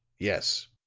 yes.